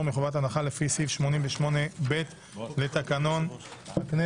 מחובת הנחה לפי סעיף 88ב לתקנון הכנסת.